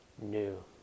new